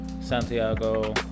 Santiago